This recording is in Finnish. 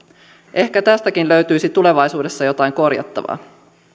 ehkä tästäkin löytyisi tulevaisuudessa jotain korjattavaa